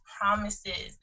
promises